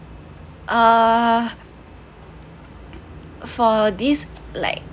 uh for this like